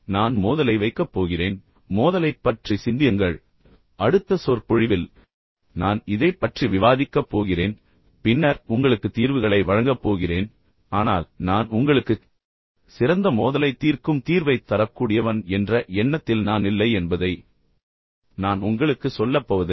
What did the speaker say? நான் மோதலை வைக்கப் போகிறேன் மோதலைப் பற்றி சிந்தியுங்கள் அடுத்த சொற்பொழிவில் நான் இதைப் பற்றி விவாதிக்கப் போகிறேன் பின்னர் உங்களுக்கு தீர்வுகளை வழங்கப் போகிறேன் ஆனால் நான் உங்களுக்குச் சிறந்த மோதலைத் தீர்க்கும் தீர்வைத் தரக்கூடியவன் என்ற எண்ணத்தில் நான் இல்லை என்பதை இப்போது நான் உங்களுக்குச் சொல்லப் போவதில்லை